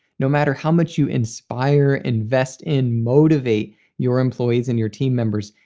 no matter how much you inspire, invest in, motivate your employees and your team members,